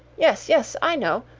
yes, yes, i know!